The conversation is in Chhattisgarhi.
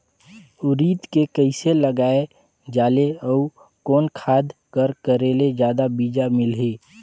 उरीद के कइसे लगाय जाले अउ कोन खाद कर करेले जादा बीजा मिलही?